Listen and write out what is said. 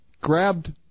grabbed